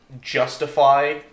justify